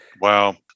Wow